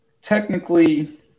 technically